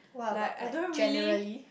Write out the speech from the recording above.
like I don't really